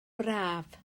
braf